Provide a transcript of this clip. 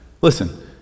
Listen